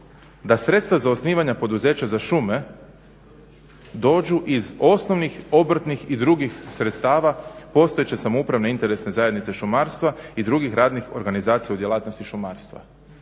da sredstva za osnivanje poduzeća za šume dođu iz osnovnih obrtnih i drugih sredstava postojeće samoupravne interesne zajednice šumarstva i drugih radnih organizacija u djelatnosti šumarstva.